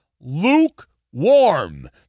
lukewarm